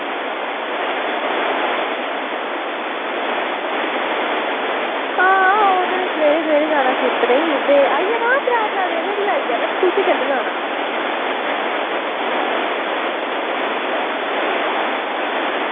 आं ओह् ते सबेरै सबेरै जाना सूत्तरै ई ते आई जाना त्रै चार बजे धोड़ी आई जाना ते तुसें कैलूं जाना